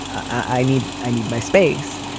i need i need my space.